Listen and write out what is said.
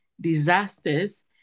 disasters